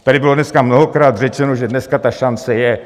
Tady bylo dneska mnohokrát řečeno, že dneska ta šance je.